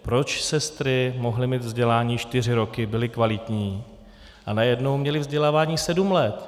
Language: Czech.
Proč sestry mohly mít vzdělání čtyři roky, byly kvalitní, a najednou měly vzdělávání sedm let?